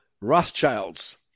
Rothschilds